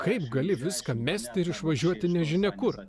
kaip gali viską mesti ir išvažiuoti nežinia kur